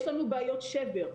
יש לנו בעיות שבר,